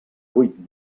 vuit